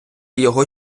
його